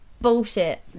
bullshit